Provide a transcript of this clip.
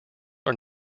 are